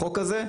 החוק הזה,